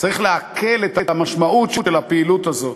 צריך לעכל את המשמעות של הפעילות הזאת.